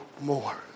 more